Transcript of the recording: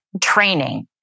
training